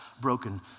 broken